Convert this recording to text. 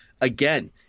again